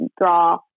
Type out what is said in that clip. draw